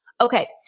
Okay